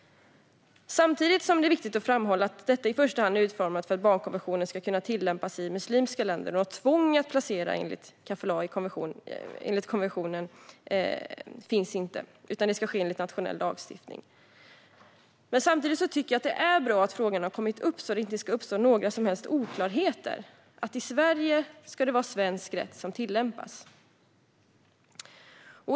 Det är viktigt att framhålla att detta i första hand är utformat för att barnkonventionen ska kunna tillämpas i muslimska länder och att det inte finns något tvång att på grund av konventionen placera enligt kafalah i Sverige. Placering ska i stället ske enligt nationell lagstiftning. Men samtidigt tycker jag att det är bra att frågan har kommit upp, så att det inte uppstår några som helst oklarheter om att det i Sverige ska vara svensk rätt som tillämpas.